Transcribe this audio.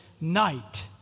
night